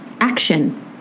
Action